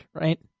right